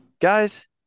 guys